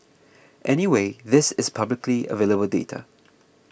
anyway this is publicly available data